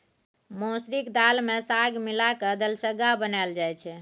मसुरीक दालि मे साग मिला कय दलिसग्गा बनाएल जाइ छै